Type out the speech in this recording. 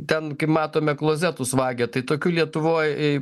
ten kaip matome klozetus vagia tai tokių lietuvoj